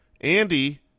Andy